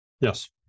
Yes